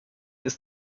ist